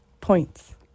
Points